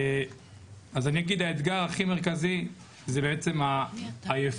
אז אני אגיד שהאתגר הכי מרכזי הוא בעצם העייפות,